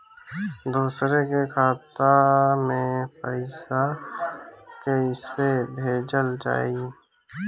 दूसरे के खाता में पइसा केइसे भेजल जाइ?